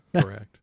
Correct